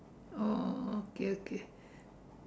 oh okay okay